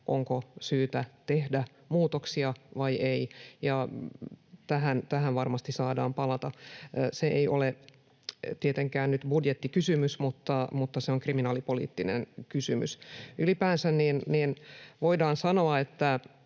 onko syytä tehdä muutoksia vai ei. Tähän varmasti saadaan palata. Se ei ole tietenkään nyt budjettikysymys, vaan se on kriminaalipoliittinen kysymys. Ylipäänsä voidaan sanoa,